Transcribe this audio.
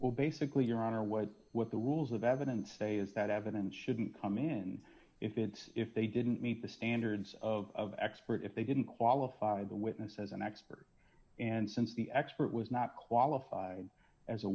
well basically your honor was what the rules of evidence say is that evidence shouldn't come in if it's if they didn't meet the standards of expert if they didn't qualify the witness as an expert and since the expert was not qualified as a